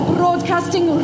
Broadcasting